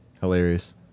hilarious